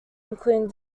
including